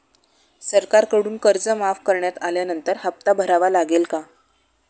सरकारकडून कर्ज माफ करण्यात आल्यानंतर हप्ता भरावा लागेल का?